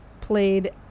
played